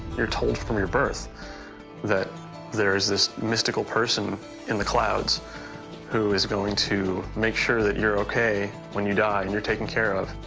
you're told from your birth that there is this mystical person in the clouds who is going to make sure that you're okay? when you die and you're taking care of?